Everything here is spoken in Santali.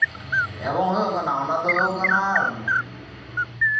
ᱮᱵᱚᱝ ᱦᱳᱭᱳᱜ ᱠᱟᱱᱟ ᱚᱱᱟ ᱫᱚ ᱦᱳᱭᱳᱜ ᱠᱟᱱᱟ